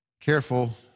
careful